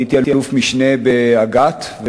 הייתי אלוף-משנה באג"ת,